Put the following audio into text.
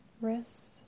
wrists